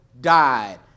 died